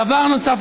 דבר נוסף,